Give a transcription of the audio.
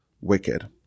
wicked